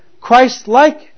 Christ-like